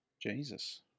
Jesus